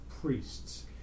priests